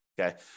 okay